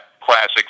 classic